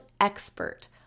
expert